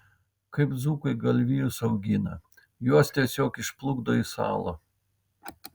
kaip dzūkai galvijus augina juos tiesiog išplukdo į salą